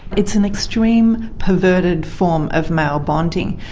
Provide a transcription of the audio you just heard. it's an extreme, perverted form of male bonding.